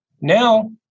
Now